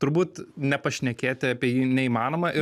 turbūt nepašnekėti apie jį neįmanoma ir